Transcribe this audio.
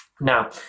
Now